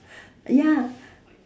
ya